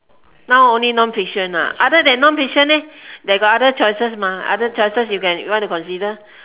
now only non fiction ah other than non fiction leh they got other choices mah other choices you can you want to consider